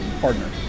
partner